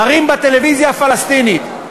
מראים בטלוויזיה הפלסטינית,